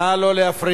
נא לא להפריע.